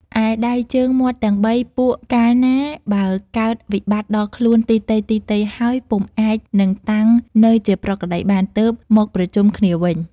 ឯដៃជើងមាត់ទាំង ៣ ពួកកាលណាបើកើតវិបត្តិដល់ខ្លួនទីទៃៗហើយ ពុំអាច នឹងតាំងនៅជាប្រក្រតីបាន ទើបមកប្រជុំគ្នាវិញ។